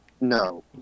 No